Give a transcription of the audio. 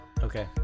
Okay